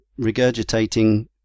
regurgitating